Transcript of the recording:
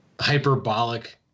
hyperbolic